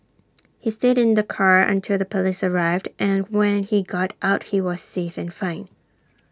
he stayed in the car until the Police arrived and when he got out he was safe and fine